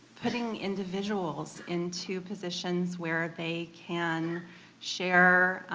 putting individuals into positions where they can share,